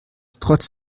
trotz